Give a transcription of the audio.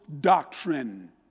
doctrine